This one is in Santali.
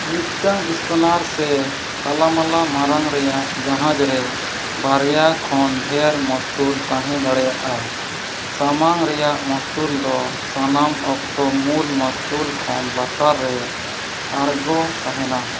ᱢᱤᱫᱴᱟᱝ ᱥᱠᱚᱱᱟᱨ ᱥᱮ ᱛᱟᱞᱟᱼᱢᱟᱞᱟ ᱢᱟᱨᱟᱝ ᱨᱮᱭᱟᱜ ᱡᱟᱦᱟᱡᱽ ᱨᱮ ᱵᱟᱨᱭᱟ ᱠᱷᱚᱱ ᱰᱷᱮᱨ ᱢᱚᱥᱛᱩᱞ ᱛᱟᱦᱮᱸ ᱫᱟᱲᱮᱭᱟᱜᱼᱟ ᱥᱟᱢᱟᱝ ᱨᱮᱭᱟᱜ ᱢᱚᱥᱛᱩᱞ ᱫᱚ ᱥᱟᱱᱟᱢ ᱚᱠᱛᱚ ᱢᱩᱞ ᱢᱚᱥᱛᱩᱞ ᱠᱷᱚᱱ ᱞᱟᱛᱟᱨ ᱨᱮ ᱟᱬᱜᱚ ᱛᱟᱦᱮᱱᱟ